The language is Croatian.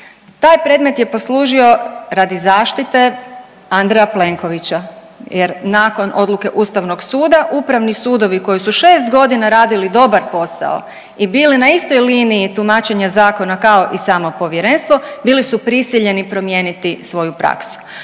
Taj predmet je poslužio radi zaštite Andreja Plenkovića, jer nakon odluke Ustavnog suda, upravni sudovi koji su 6 godina radili dobar posao i bili na istoj liniji tumačenja zakona kao i samo Povjerenstvo bili su prisiljeni promijeniti svoju praksu.